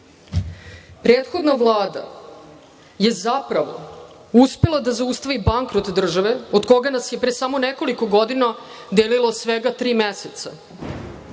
Prethodna Vlada je zapravo uspela da zaustavi bankrot države, od koga nas je pre samo nekoliko godina delilo svega tri meseca.